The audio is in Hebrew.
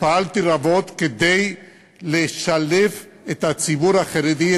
פעלתי רבות לשלב את הציבור החרדי,